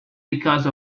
because